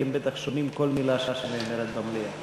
כי הם בטח שומעים כל מילה שנאמרת במליאה.